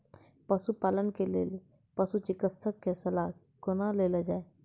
पशुपालन के लेल पशुचिकित्शक कऽ सलाह कुना लेल जाय?